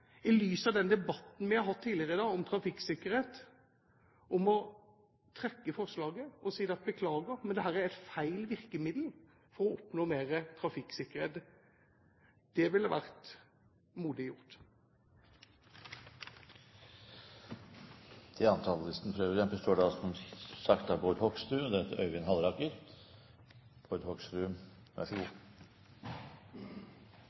i lys av den debatten vi har hatt tidligere i dag om trafikksikkerhet, har jeg lyst til å utfordre både Høyre og Fremskrittspartiet på å trekke forslaget og si beklager, men dette er et galt virkemiddel for å oppnå større trafikksikkerhet. Det ville vært modig gjort. Dette var en interessant tilnærming fra saksordføreren. Det var i hvert fall veldig tydelig at han ikke var veldig opptatt av